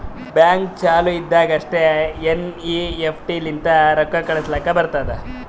bank ಚಾಲು ಇದ್ದಾಗ್ ಅಷ್ಟೇ ಎನ್.ಈ.ಎಫ್.ಟಿ ಲಿಂತ ರೊಕ್ಕಾ ಕಳುಸ್ಲಾಕ್ ಬರ್ತುದ್